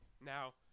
now